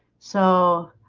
so